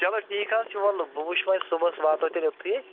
چلو ٹھیٖک حظ چھِ وَلہٕ بہٕ وٕچھ وۄنۍ صُبحَس واتو تیٚلہِ اوٚتھٕے أسۍ